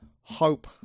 Hope